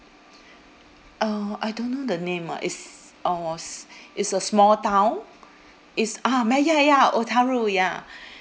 uh I don't know the name ah is I was is a small town is ah ma~ ya ya otaru ya